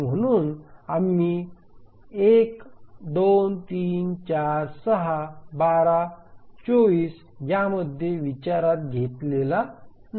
म्हणून आम्ही एक 2 3 4 6 12 24 यामध्ये विचारात घेतलेला नाही